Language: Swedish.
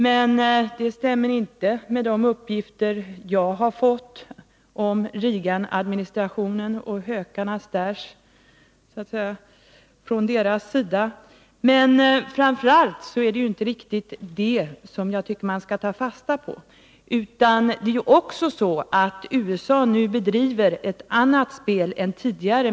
Men det stämmer inte med de uppgifter jag har fått från Reaganadministrationen och hökarna där. Och framför allt är det inte riktigt detta som jag tycker man skall ta fasta på. Men det är också så att USA nu bedriver ett annat spel än tidigare.